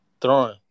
Throwing